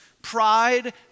Pride